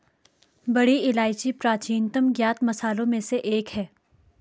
बड़ी इलायची प्राचीनतम ज्ञात मसालों में से एक है